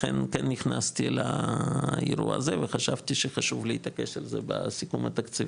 לכן כן נכנסתי לאירוע הזה וחשבתי שחשוב להתעקש על זה בסיכום התקציב.